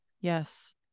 Yes